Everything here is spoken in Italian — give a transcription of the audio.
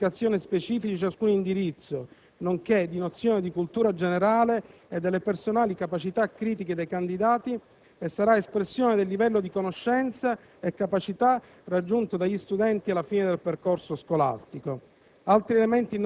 e dei campi di applicazione specifici di ciascun indirizzo, nonché di nozioni di cultura generale e delle personali capacità critiche dei candidati, e sarà espressione del livello di conoscenza e capacità raggiunto dagli studenti alla fine del percorso scolastico.